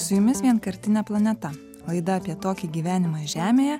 su jumis vienkartinė planeta laida apie tokį gyvenimą žemėje